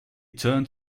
turned